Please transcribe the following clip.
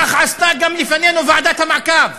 כך עשתה גם לפנינו ועדת המעקב.